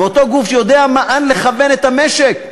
ואותו גוף יודע לאן לכוון את המשק,